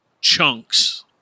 chunks